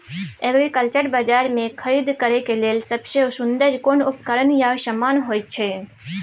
Agriculture बाजार में खरीद करे के लेल सबसे सुन्दर कोन उपकरण या समान होय छै?